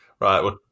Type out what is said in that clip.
Right